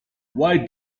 why